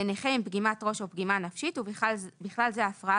לנכה עם פגימת ראש או פגימה נפשית ובכלל זה הפרעה